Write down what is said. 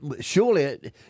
surely